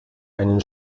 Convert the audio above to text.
einen